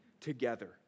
together